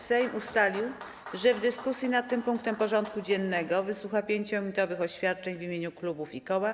Sejm ustalił, że w dyskusji nad tym punktem porządku dziennego wysłucha 5-minutowych oświadczeń w imieniu klubów i koła.